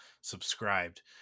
subscribed